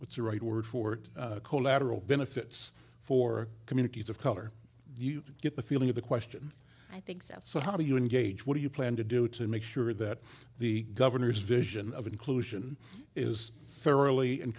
what's the right word for it collateral benefits for communities of color you get the feeling of the question i think so so how do you engage what do you plan to do to make sure that the governor's vision of inclusion is thoroughly and